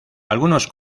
algunos